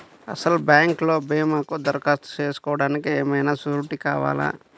అసలు బ్యాంక్లో భీమాకు దరఖాస్తు చేసుకోవడానికి ఏమయినా సూరీటీ కావాలా?